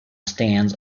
stands